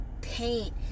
paint